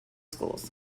schools